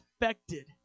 affected